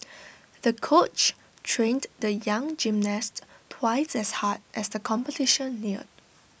the coach trained the young gymnast twice as hard as the competition neared